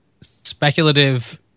speculative